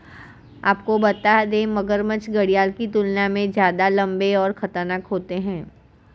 आपको बता दें, मगरमच्छ घड़ियाल की तुलना में ज्यादा लम्बे और खतरनाक होते हैं